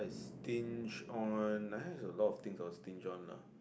stinge on I have a lot of things that I would stinge on lah